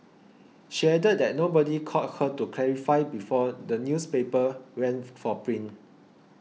she added that nobody called her to clarify before the newspaper went for print